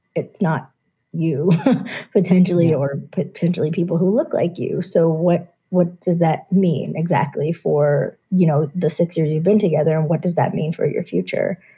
it's not you potentially or potentially people who look like you. so what what does that mean exactly for, you know, the six years you've been together? and what does that mean for your future?